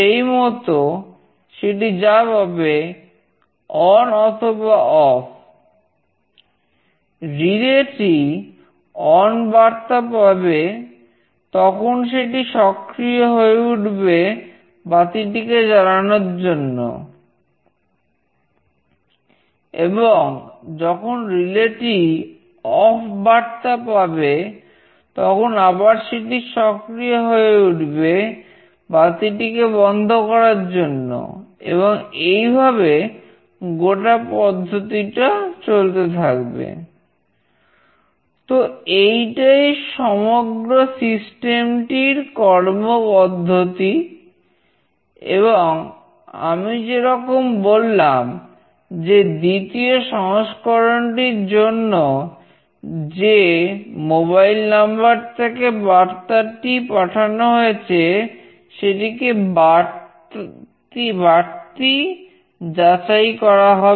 সেই মতো সেটি যা পাবে অন থেকে বার্তাটি পাঠানো হয়েছে সেটিকে বাড়তি যাচাই করা হবে